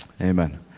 Amen